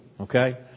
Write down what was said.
Okay